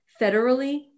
federally